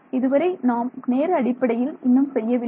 இதுவரை நாம் நேர அடிப்படையில் இன்னும் செய்யவில்லை